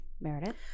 Meredith